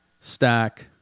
stack